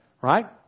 right